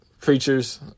preachers